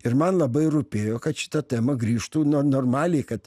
ir man labai rūpėjo kad šita tema grįžtų na normaliai kad